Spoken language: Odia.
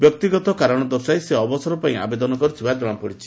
ବ୍ୟକ୍ତିଗତ କାରଣ ଦର୍ଶାଇ ସେ ଅବସର ପାଇଁ ଆବେଦନ କରିଥିବା ଜଣାପଡିଛି